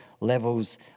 levels